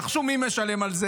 נחשו מי משלם על זה,